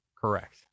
Correct